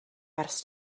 ers